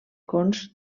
cons